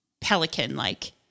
pelican-like